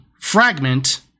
Fragment